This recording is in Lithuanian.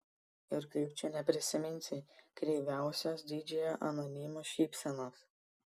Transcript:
ir kaip čia neprisiminsi kreiviausios didžiojo anonimo šypsenos